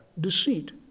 deceit